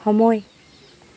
সময়